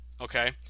okay